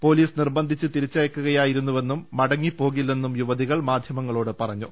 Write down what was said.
police നിർബന്ധിച്ച് തിരിച്ചയച്ചതാണെന്നും മടങ്ങിപ്പോകില്ലെന്നും യുവതികൾ മാധ്യമങ്ങളോട് പറഞ്ഞു